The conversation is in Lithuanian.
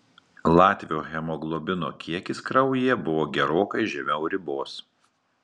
latvio hemoglobino kiekis kraujyje buvo gerokai žemiau ribos